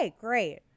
great